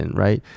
right